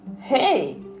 Hey